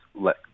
let